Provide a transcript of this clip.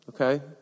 Okay